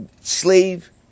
slave